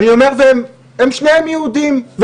הם שניהם יהודים,